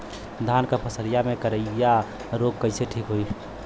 धान क फसलिया मे करईया रोग कईसे ठीक होई?